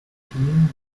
king